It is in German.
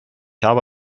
habe